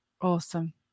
Awesome